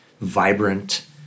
vibrant